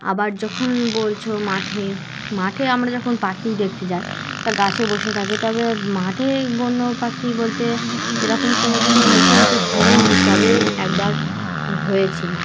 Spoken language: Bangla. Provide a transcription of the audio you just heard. আবার যখন বলছো মাঠে মাঠে আমরা যখন পাখি দেখতে যাই তা গাছে বসে থাকে তবে মাঠে বন্য পাখি বলতে এরকম কোনো দিনও মুখোমুখি হয়ইনি তবে একবার হয়েছিলাম